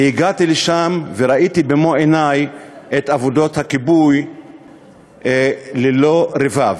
הגעתי לשם וראיתי במו-עיני את עבודות הכיבוי ללא רבב.